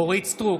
אורית מלכה סטרוק,